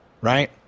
right